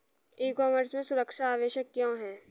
ई commerce में सुरक्षा आवश्यक क्यों है?